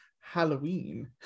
halloween